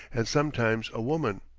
and sometimes a woman.